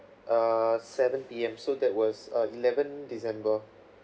err seven P_M so that was uh eleven december